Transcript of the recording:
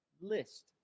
list